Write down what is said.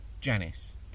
Janice